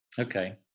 Okay